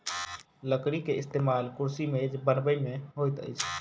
लकड़ी के इस्तेमाल कुर्सी मेज बनबै में होइत अछि